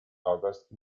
august